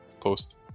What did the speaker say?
post